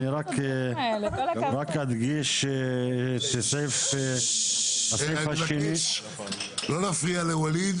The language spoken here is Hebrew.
אני רק אדגיש שהסעיף השני --- אני מבקש לא להפריע לווליד.